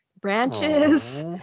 branches